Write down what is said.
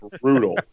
brutal